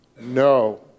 No